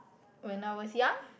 when I was young